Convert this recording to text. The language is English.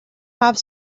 have